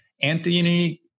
Anthony